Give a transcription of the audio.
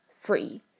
free